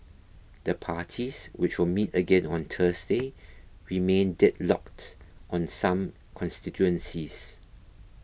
the parties which will meet again on Thursday remain deadlocked on some constituencies